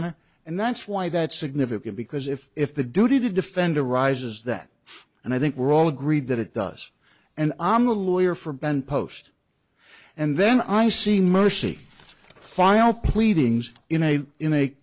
honor and that's why that's significant because if if the duty to defend arises that and i think we're all agreed that it does and i'm a lawyer for ben post and then i see mercy file